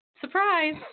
surprise